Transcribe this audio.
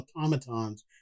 automatons